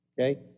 okay